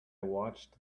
watched